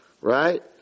right